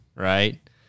right